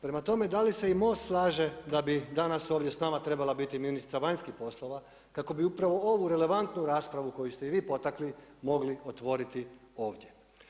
Prema tome, da li se i MOST slaže da bi danas ovdje s nama trebala biti i ministrica vanjskih poslova kako bi upravo ovu relevantnu raspravu koju ste i vi potakli mogli otvoriti ovdje.